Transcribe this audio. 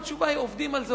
התשובה היא: עובדים על זה,